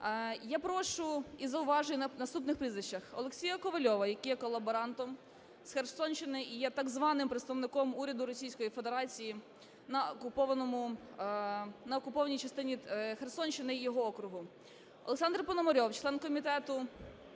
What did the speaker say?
Я прошу і зауважую на наступних прізвищах. Олексія Ковальова, який є колаборантом з Херсонщини і є так званим представником уряду Російської Федерації на окупованій частині Херсонщини і його округу. Олександр Пономарьов, член Комітету